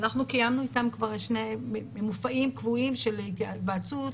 קיימנו איתם כבר שני מופעים קבועים של התייעצות,